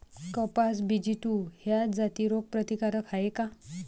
कपास BG two ह्या जाती रोग प्रतिकारक हाये का?